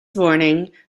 warning